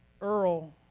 Earl